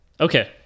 Okay